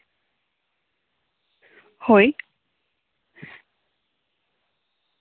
ᱦᱳᱭ